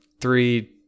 three